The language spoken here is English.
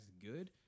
good